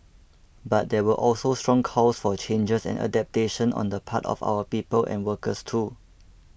but there were also strong calls for changes and adaptation on the part of our people and workers too